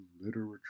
literature